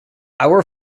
our